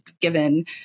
given